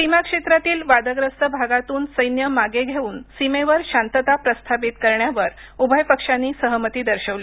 सीमा क्षेत्रातील वादग्रस्त भागातून सैन्य मागे घेऊन सीमेवर शांतता प्रस्थापित करण्यावर उभय पक्षांनी सहमती दर्शवली